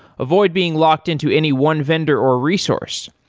avoid being locked-in to any one vendor or resource.